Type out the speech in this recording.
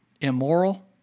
immoral